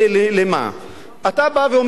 אתה בא ואומר, יש בעיה של היישובים.